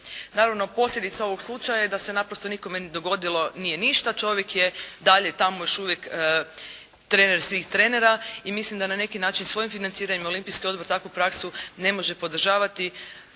Naravno, posljedica ovog slučaja je da se naprosto nikome dogodilo nije ništa, čovjek je dalje tamo još uvijek trener svih trenera. I mislim da na neki način svojim financiranjem Olimpijski odbor takvu praksu ne može podržavati,